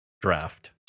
draft